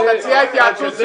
מציע התייעצות סיעתית.